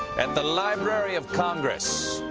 at the library of congress.